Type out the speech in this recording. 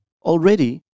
Already